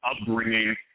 upbringing